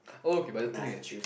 oh okay but the thing is